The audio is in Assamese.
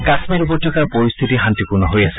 কাশ্মীৰ উপত্যকাৰ পৰিস্থিতি শান্তিপূৰ্ণ হৈ আছে